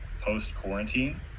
post-quarantine